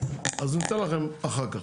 אז ניתן לכם אחר כך.